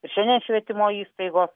ir šiandien švietimo įstaigos